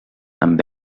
amb